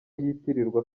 yitirirwa